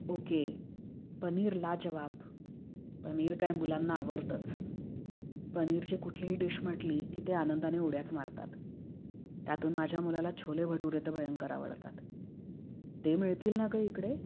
okay paneer लाजवाब पनीर काय मुलांना आवडतंच पनीरची कुठलीही डिश म्हटली की ते आनंदाने उड्याच मारतात त्यातून माझ्या मुलाला छोले भटुरे तर भयंकर आवडतात ते मिळतील ना गं इकडे